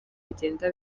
bigenda